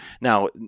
Now